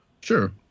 Sure